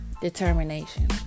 Determination